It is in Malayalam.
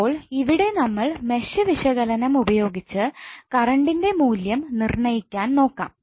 അപ്പോൾ ഇവിടെ നമ്മൾ മെഷ് വിശകലനം ഉപയോഗിച്ച് കറൻറ്ന്റെ മൂല്യം നിർണയിക്കാൻ നോക്കാം